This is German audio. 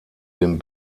den